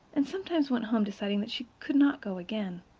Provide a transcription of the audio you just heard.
and sometimes went home deciding that she could not go again.